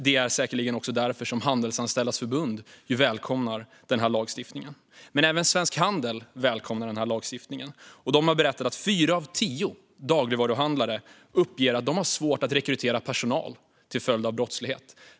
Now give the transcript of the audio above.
Det är säkerligen också därför som Handelsanställdas förbund välkomnar den här lagstiftningen. Även Svensk Handel välkomnar den. De har berättat att fyra av tio dagligvaruhandlare uppger att de har svårt att rekrytera personal till följd av brottslighet.